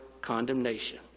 condemnation